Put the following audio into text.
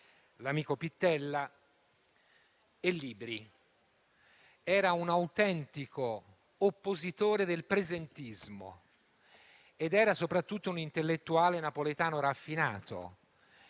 l'amico Pittella, e libri. Era un autentico oppositore del presentismo ed era soprattutto un intellettuale napoletano raffinato